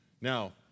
Now